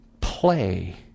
play